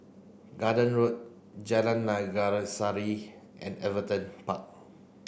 Garden Road Jalan Naga Sari and Everton Park